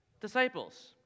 disciples